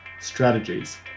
strategies